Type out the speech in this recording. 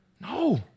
No